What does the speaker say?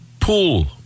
pool